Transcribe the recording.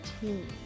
team